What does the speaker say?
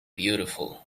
beautiful